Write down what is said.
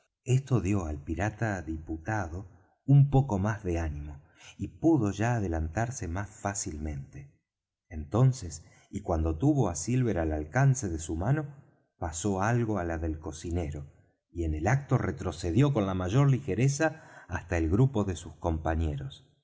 esto dió al pirata diputado un poco más de ánimo y pudo ya adelantarse más fácilmente entonces y cuando tuvo á silver al alcance de su mano pasó algo á la del cocinero y en el acto retrocedió con la mayor ligereza hasta el grupo de sus compañeros